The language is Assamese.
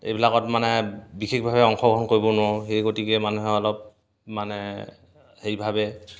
এইবিলাকত মানে বিশেষভাৱে অংশগ্ৰহণ কৰিব নোৱাৰোঁ সেই গতিকে মানুহে অলপ মানে সেইভাৱে